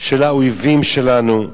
של האויבים שלנו,